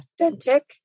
authentic